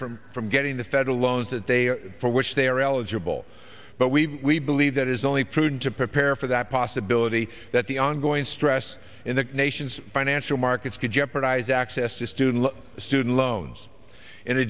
from from getting the federal loans that they are for which they are eligible but we believe that is only prudent to prepare for that possibility that the ongoing stress in the nation's financial markets could jeopardize access to student student loans